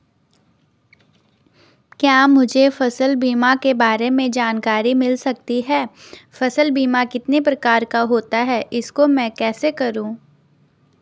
क्या मुझे फसल बीमा के बारे में जानकारी मिल सकती है फसल बीमा कितने प्रकार का होता है इसको मैं कैसे करूँ?